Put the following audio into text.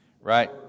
Right